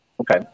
okay